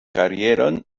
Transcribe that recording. karieron